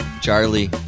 Charlie